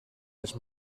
els